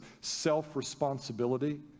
self-responsibility